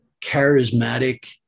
charismatic